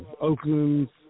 Oakland's